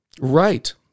Right